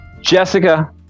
Jessica